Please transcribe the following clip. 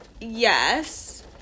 Yes